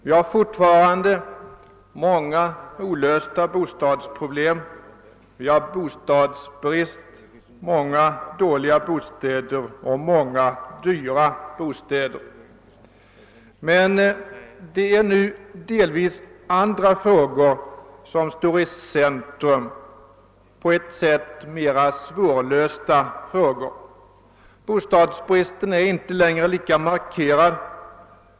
Vi har fortfarande många olösta bostadsproblem, vi har bostadsbrist, många dåliga bostäder och många dyra bostäder. Men det är nu delvis andra frågor som står i centrum, på sätt och vis mera svårlösta frågor. Bostadsbristen är inte längre lika markerad.